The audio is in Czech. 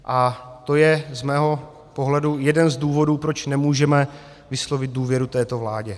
A to je z mého pohledu jeden z důvodů, proč nemůžeme vyslovit důvěru této vládě.